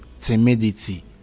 timidity